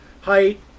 Height